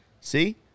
See